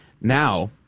Now